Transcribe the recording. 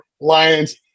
Lions